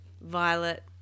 Violet